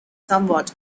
somewhat